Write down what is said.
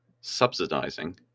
subsidizing